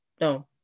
No